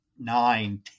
nine